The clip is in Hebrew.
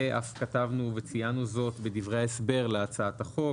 ואף כתבנו וציינו זאת בדברי ההסבר להצעת החוק.